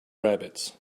rabbits